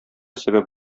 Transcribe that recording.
сәбәп